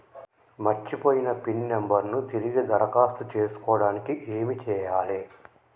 మర్చిపోయిన pin number ను తిరిగి దరఖాస్తు చేసుకోవడానికి ఏమి చేయాలే?